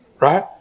right